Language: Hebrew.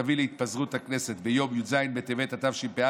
תביא להתפזרות הכנסת ביום י"ז בטבת התשפ"א,